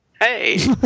hey